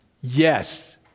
Yes